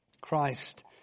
Christ